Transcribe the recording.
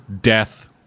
death